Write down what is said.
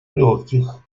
легких